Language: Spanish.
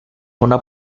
una